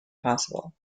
possible